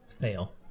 Fail